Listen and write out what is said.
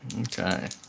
Okay